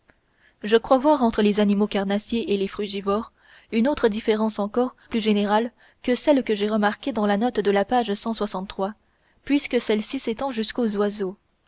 je crois voir entre les animaux carnassiers et les frugivores une autre différence encore plus générale que celle que j'ai remarquée dans la note de la page puisque celle-ci s'étend jusqu'aux oiseaux